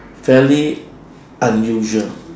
fairly unusual